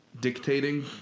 dictating